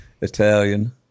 Italian